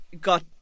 got